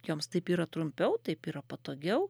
joms taip yra trumpiau taip yra patogiau